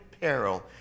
peril